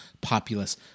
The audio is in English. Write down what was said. populace